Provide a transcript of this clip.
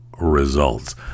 results